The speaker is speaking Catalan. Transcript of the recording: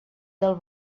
del